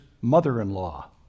mother-in-law